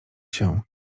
się